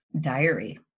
diary